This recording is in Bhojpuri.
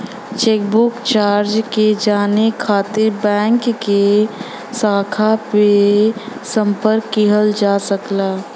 चेकबुक चार्ज के जाने खातिर बैंक के शाखा पे संपर्क किहल जा सकला